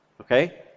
Okay